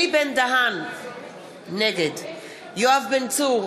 נגד יואב בן צור,